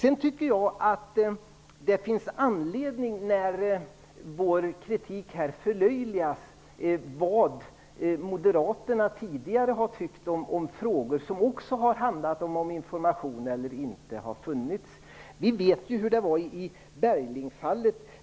Eftersom vår kritik förlöjligas finns det anledning att fråga vad moderaterna tidigare har tyckt om frågor som också har handlat om information har funnits eller inte. Vi vet ju hur det var i Berglingfallet.